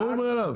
ברור מאליו.